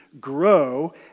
grow